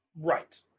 Right